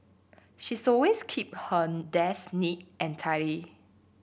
she's always keep her desk neat and tidy